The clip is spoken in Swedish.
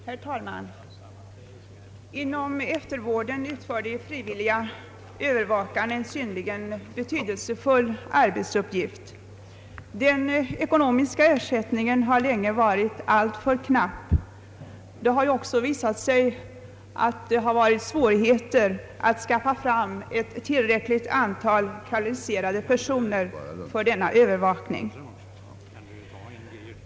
Herr talman! Inom eftervården utför de frivilliga övervakarna en synnerligen betydelsefull arbetsuppgift. Den ekonomiska ersättningen har länge varit alltför knapp. Det har också visat sig vara svårt att skaffa fram ett tillräckligt antal kvalificerade personer för denna övervakning.